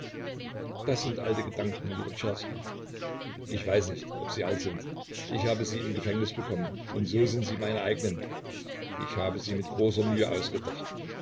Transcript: das sind alte gedanken lieber czerski ich weiß nicht ob sie alt sind ich habe sie im gefängnis bekommen und so sind sie meine eigenen ich habe sie mit großer mühe ausgedacht